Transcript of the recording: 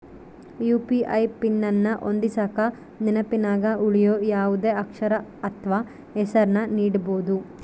UPI PIN ಅನ್ನು ಹೊಂದಿಸಕ ನೆನಪಿನಗ ಉಳಿಯೋ ಯಾವುದೇ ಅಕ್ಷರ ಅಥ್ವ ಹೆಸರನ್ನ ನೀಡಬೋದು